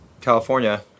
California